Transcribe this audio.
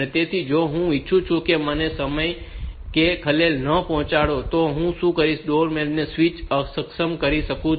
તેથી જો હું ઈચ્છું કે આ સમયે મને કોઈએ ખલેલ ન પહોંચાડવી તો પછી હું ડોરબેલ સ્વીચને અક્ષમ કરી શકું છું